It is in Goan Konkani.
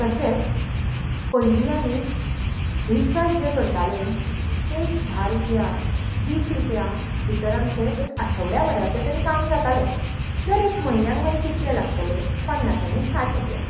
तशेंच पयलीं आमी रिचार्ज जें करतालें तें एक धा रुपया वीस रुपया भितर आमचें एक आठोवड्या भऱ्याचें तरी काम जातालें धर एक म्हयन्यांक मागीर कितले लागतले पन्नास आनी साठ रुपया